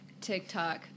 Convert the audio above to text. TikTok